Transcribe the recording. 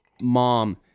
mom